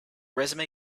resume